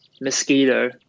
mosquito